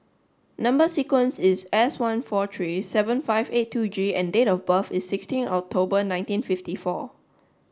number sequence is S one four three seven five eight two G and date of birth is sixteen October nineteen fifty four